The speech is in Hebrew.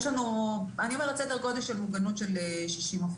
מוגנות של 60%,